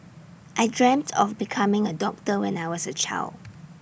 I dreamt of becoming A doctor when I was A child